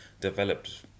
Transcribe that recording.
developed